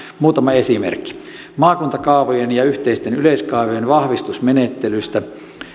muutama esimerkki maakuntakaavojen ja yhteisten yleiskaavojen vahvistusmenettelystä